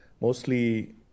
mostly